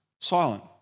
silent